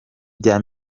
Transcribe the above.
bya